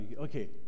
okay